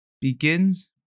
begins